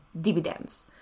dividends